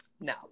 Now